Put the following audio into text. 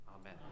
Amen